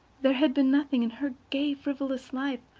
there had been nothing in her gay, frivolous life,